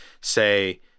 say